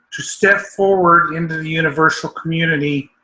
to step forward in the universal community,